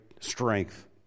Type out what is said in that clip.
strength